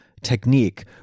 technique